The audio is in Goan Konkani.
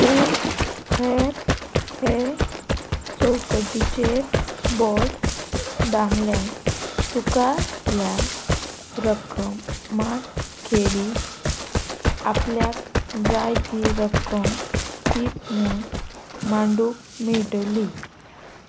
पूण हेर हे चौकटीचेर बोट दामल्यार तुका ह्या रक्कम मातखेरीच आपल्याक जाय ती रक्कम टीप म्हूण मांडूंक मेयटली